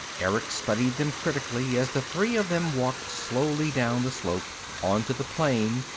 erick studied them critically as the three of them walked slowly down the slope, onto the plain,